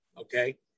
okay